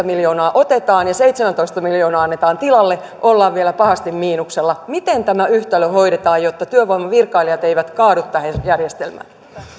miljoonaa otetaan ja seitsemäntoista miljoonaa annetaan tilalle ollaan vielä pahasti miinuksella miten tämä yhtälö hoidetaan jotta työvoimavirkailijat eivät kaadu tähän järjestelmään